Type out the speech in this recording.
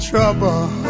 Trouble